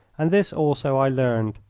and this also i learned.